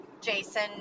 Jason